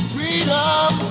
Freedom